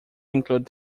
include